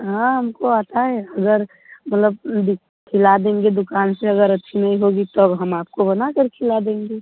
हाँ हमको आता है अगर मतलब खिला देंगे दुकान से अगर अच्छी नहीं होगी तब हम आपको बना कर खिला देंगे